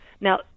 Now